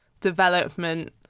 development